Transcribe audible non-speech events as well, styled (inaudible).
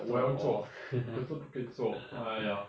做 !wah! (laughs)